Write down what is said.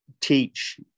teach